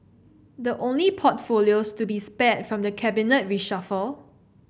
the only portfolios to be spared from the cabinet reshuffle